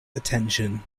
attention